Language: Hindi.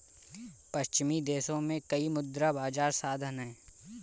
पश्चिमी देशों में कई मुद्रा बाजार साधन हैं